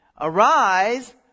Arise